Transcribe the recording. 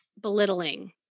Belittling